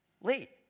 Lee